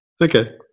Okay